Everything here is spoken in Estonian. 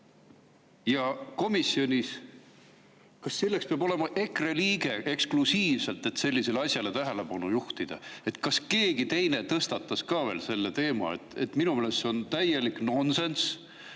pildiskandaal – kas selleks peab olema EKRE liige eksklusiivselt, et sellisele asjale tähelepanu juhtida? Kas keegi teine tõstatas ka veel selle teema? Minu meelest on see täielik nonsenss,